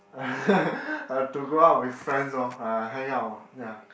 I have to go out with friends lor ah hang out ya